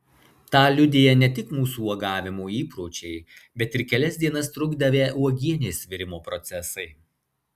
tą liudija ne tik mūsų uogavimo įpročiai bet ir kelias dienas trukdavę uogienės virimo procesai